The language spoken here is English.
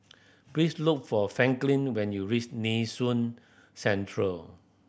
please look for Franklin when you reach Nee Soon Central